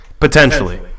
Potentially